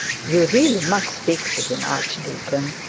you really must speak to him, archdeacon.